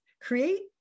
create